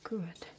Good